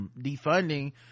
defunding